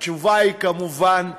התשובה היא כמובן לא.